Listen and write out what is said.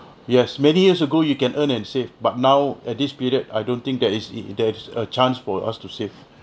yes many years ago you can earn and save but now at this period I don't think that is there is a chance for us to save